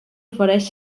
ofereix